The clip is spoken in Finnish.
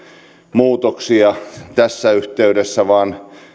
muutoksia tässä yhteydessä vaan